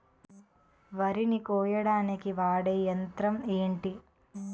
వరి ని కోయడానికి వాడే యంత్రం ఏంటి?